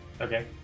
Okay